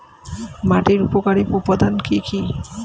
মাটির উপকারী উপাদান কি কি?